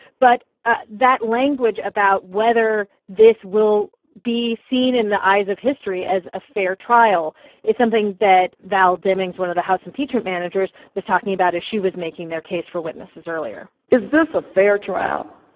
but ah that language about whether this will be seen in the eyes of history as a fair trial is something that val demings, one of the house impeachment managers, was talking about as she was making their case for witnesses earlier is this a fair trial?